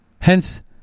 hence